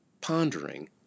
pondering